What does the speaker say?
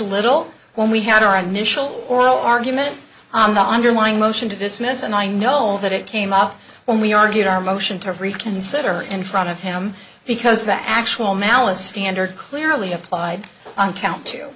little when we had our initial oral argument i'm not undermining motion to dismiss and i know that it came up when we argued our motion to reconsider in front of him because the actual malice standard clearly applied on count t